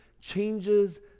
changes